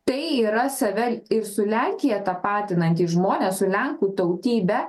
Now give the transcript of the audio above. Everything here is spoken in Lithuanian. tai yra save ir su lenkija tapatinantys žmonės su lenkų tautybe